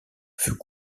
fut